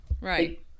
Right